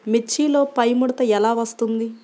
మిర్చిలో పైముడత ఎలా వస్తుంది?